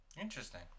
Interesting